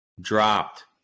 dropped